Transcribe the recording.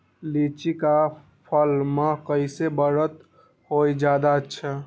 लिचि क फल म कईसे बढ़त होई जादे अच्छा?